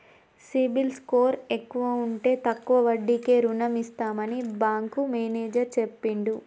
CIBIL score ఎక్కువ ఉంటే తక్కువ వడ్డీకే రుణం ఇస్తామని బ్యాంకు మేనేజర్ చెప్పిండు